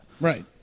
Right